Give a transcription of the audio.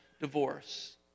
divorce